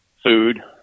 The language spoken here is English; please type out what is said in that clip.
food